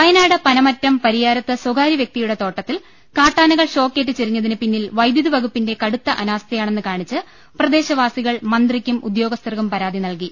വയനാട് പനമരം പരിയാരത്ത് സ്വകാര്യ വ്യക്തിയുടെ തോട്ടത്തിൽ കാട്ടാ നകൾ ഷോക്കേറ്റ് ചരിഞ്ഞതിന് പിന്നിൽ വൈദ്യുതി വകുപ്പിന്റെ കടുത്ത അനാസ്ഥയാണെന്ന് കാണിച്ച് പ്രദേശവാസികൾ മന്ത്രിക്കും ഉദ്യോഗ സ്ഥർക്കും പരാതി നൽകി